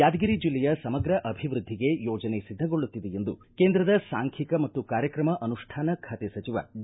ಯಾದಗಿರಿ ಜಿಲ್ಲೆಯ ಸಮಗ್ರ ಅಭಿವೃದ್ಧಿಗೆ ಯೋಜನೆ ಸಿದ್ಧಗೊಳ್ಳುತ್ತಿದೆ ಎಂದು ಕೇಂದ್ರದ ಸಾಂಖ್ಯಿಕ ಮತ್ತು ಕಾರ್ಯಕ್ರಮ ಅನುಷ್ಠಾನ ಖಾತೆ ಸಚಿವ ಡಿ